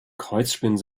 kreuzspinnen